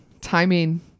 timing